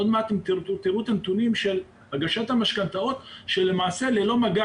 עוד מעט תראו את הנתונים של הגשת משכנתאות ללא מגע